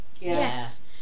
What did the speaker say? yes